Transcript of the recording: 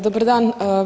Dobar dan.